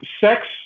Sex